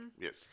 Yes